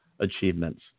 achievements